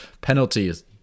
Penalties